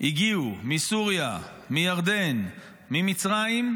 הגיעו מסוריה, מירדן, ממצרים,